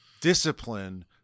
discipline